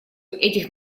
этих